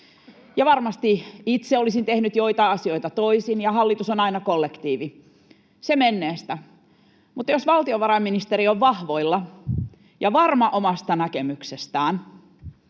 Varmasti itse olisin tehnyt joitain asioita toisin, ja hallitus on aina kollektiivi. Se menneestä. Mutta jos valtiovarainministeri on vahvoilla ja varma omasta näkemyksestään